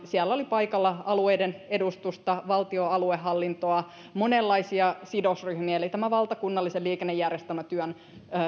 siellä oli paikalla alueiden edustusta valtion aluehallintoa monenlaisia sidosryhmiä eli tämä valtakunnallisen liikennejärjestelmätyön